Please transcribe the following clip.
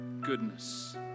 goodness